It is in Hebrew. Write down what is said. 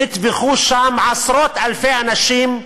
נטבחו שם עשרות-אלפי אנשים,